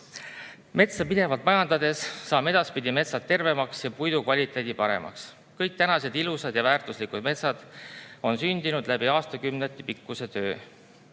Metsa pidevalt majandades saame edaspidi [muuta] metsad tervemaks ja puidu kvaliteedi paremaks. Kõik tänased ilusad ja väärtuslikud metsad on sündinud aastakümnete pikkuse töö